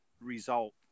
result